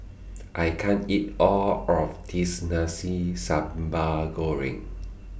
I can't eat All of This Nasi Sambal Goreng